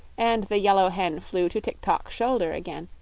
and the yellow hen flew to tik-tok's shoulder again,